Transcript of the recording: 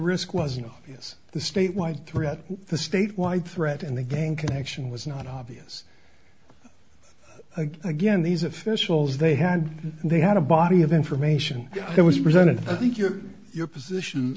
risk was you know yes the state wide threat the state wide threat and the gang connection was not obvious again these officials they had they had a body of information that was presented i think your your position